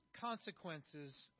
consequences